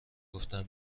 گفتم